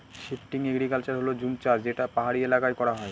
shifting agriculture হল জুম চাষ যেটা পাহাড়ি এলাকায় করা হয়